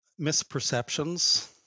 misperceptions